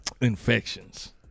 infections